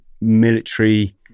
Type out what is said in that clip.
military